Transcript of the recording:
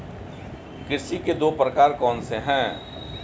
कृषि के दो प्रकार कौन से हैं?